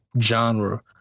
genre